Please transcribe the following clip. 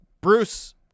Bruce